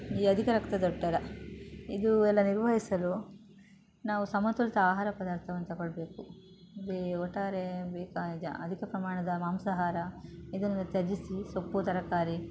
ಈ ಅಧಿಕ ರಕ್ತದೊತ್ತಡ ಇದು ಎಲ್ಲ ನಿರ್ವಹಿಸಲು ನಾವು ಸಮತೋಲಿತ ಆಹಾರ ಪದಾರ್ಥವನ್ನು ತಗೊಳ್ಬೇಕು ಹೀಗೇ ಒಟ್ಟಾರೆ ಅಧಿಕ ಪ್ರಮಾಣದ ಮಾಂಸಹಾರ ಇದನ್ನು ತ್ಯಜಿಸಿ ಸೊಪ್ಪು ತರಕಾರಿ